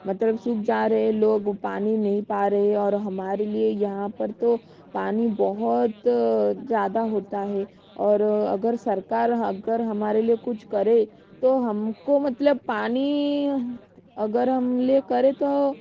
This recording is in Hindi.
मतलब सूख जा रहे है लोग पानी नहीं पा रहे है और हमारे लिए यहाँ पर तो पानी बहुत ज़्यादा होता है और अगर सरकार अगर हमारे लिए कुछ करे तो हमको मतलब पानी अगर हम ले करे तो